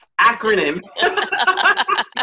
acronym